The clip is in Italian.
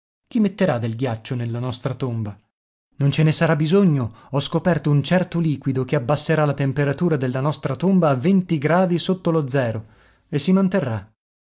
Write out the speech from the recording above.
chi metterà del ghiaccio nella nostra tomba non ce ne sarà bisogno ho scoperto un certo liquido che abbasserà la temperatura della nostra tomba a gradi sotto lo zero e si manterrà